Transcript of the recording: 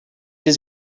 read